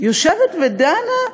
יושבת ודנה,